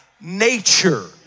nature